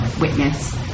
witness